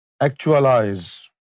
actualize